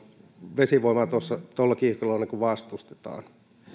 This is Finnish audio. vesivoimaa tuolla tuolla kiihkolla vastustetaan